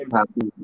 happy